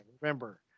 remember